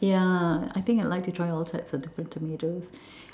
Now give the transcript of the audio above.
yeah I think I like to try all types of to~ tomatoes